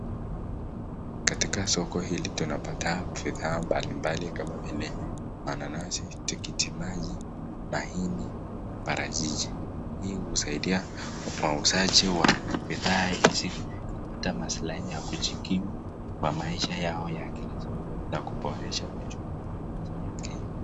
Katika soko hili tunapata bidhaa mbalimbali kama vile mananasi, tikiti maji, mahindi na parachichi. Hii husaidia wauzaji wa bidhaa hizi kupata maslahi ya kujikimu kwa maisha yao ya kila siku na kuboresha uchumi wa nchi ya Kenya.